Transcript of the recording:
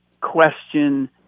question